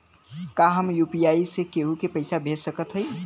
का हम यू.पी.आई से केहू के पैसा भेज सकत हई?